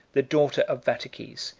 the daughter of vataces,